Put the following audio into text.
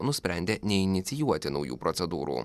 nusprendė neinicijuoti naujų procedūrų